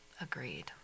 agreed